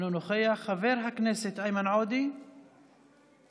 אינו נוכח, חבר הכנסת איימן עודה, מוותר.